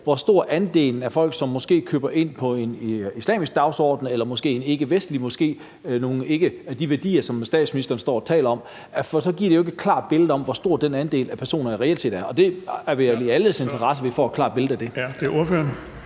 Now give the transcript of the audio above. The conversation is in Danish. hvor stor andelen er af folk, som måske køber ind på en islamisk dagsorden eller måske en ikkevestlig dagsorden og måske ikke på nogen af de værdier, som statsministeren står og taler om. For så giver det jo ikke et klart billede af, hvor stor den andel af personer reelt set er. Og det er vel i alles interesse, at vi får et klart billede af det. Kl. 12:02 Den